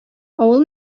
авыл